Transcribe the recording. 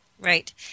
Right